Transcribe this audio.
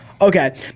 Okay